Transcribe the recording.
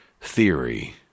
theory